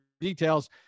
details